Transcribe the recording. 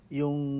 yung